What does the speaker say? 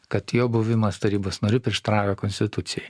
kad jo buvimas tarybos nariu prieštarauja konstitucijai